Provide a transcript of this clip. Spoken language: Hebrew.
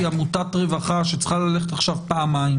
עמותת רווחה שצריכה ללכת עכשיו פעמיים?